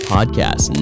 Podcast